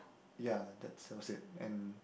ya that's that was it and